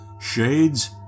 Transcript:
shades